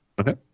Okay